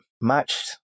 matched